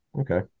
Okay